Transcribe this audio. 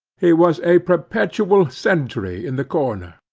he was a perpetual sentry in the corner.